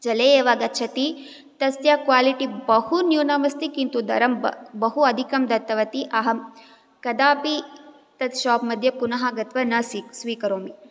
जले एव गच्छति तस्य क्वालिट्टि बहु न्यूनम् अस्ति किन्तु दरं ब बहु अधिकं दत्तवती अहं कदापि तत् शोप् मध्ये पुनः गत्वा न स्वी स्वीकरोमि